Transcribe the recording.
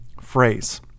phrase